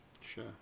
Sure